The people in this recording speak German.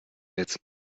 jetzt